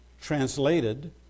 translated